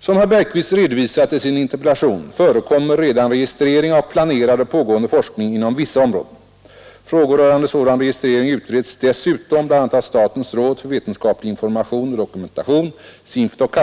Som herr Bergqvist redovisat i sin interpellation förekommer redan registrering av planerad och pågående forskning inom vissa områden. Frågor rörande sådan registrering utreds dessutom bl.a. av statens råd för vetenskaplig information och dokumentation — SINFDOK